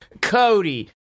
cody